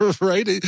Right